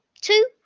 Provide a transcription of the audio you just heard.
Two